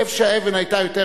איפה שהיא פגעה,